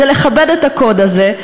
זה לכבד את הקוד הזה.